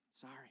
sorry